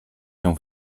się